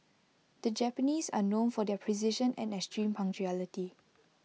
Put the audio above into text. the Japanese are known for their precision and extreme punctuality